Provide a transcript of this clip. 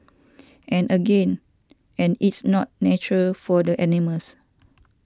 and again and it's not nature for the animals